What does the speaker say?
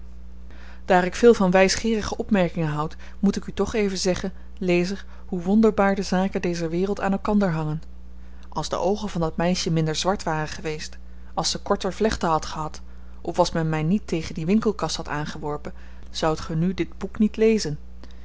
daar ik veel van wysgeerige opmerkingen houd moet ik u toch even zeggen lezer hoe wonderbaar de zaken dezer wereld aan elkander hangen als de oogen van dat meisje minder zwart waren geweest als ze korter vlechten had gehad of als men my niet tegen die winkelkast had aangeworpen zoudt ge nu dit boek niet lezen